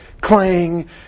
clang